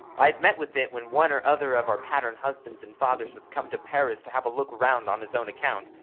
i have met with it when one or other of our pattern husbands and fathers has come to paris to have a look round on his own account,